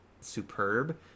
superb